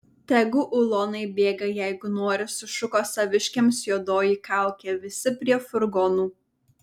tegu ulonai bėga jeigu nori sušuko saviškiams juodoji kaukė visi prie furgonų